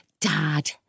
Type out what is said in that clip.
Dad